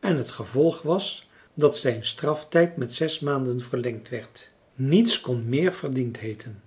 en het gevolg was dat zijn straftijd met zes maanden verlengd werd niets kon meer verdiend heeten